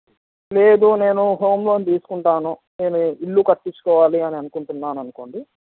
లేదు నేను home loan తీసుకుంటాను నేను ఇల్లు కట్టించుకోవాలి అని అనుకుంటున్నాననుకోండి